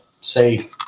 say